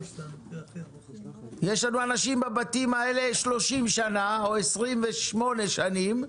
יש אנשים בבתים האלה 30 שנים, 28 שנים.